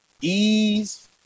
Ease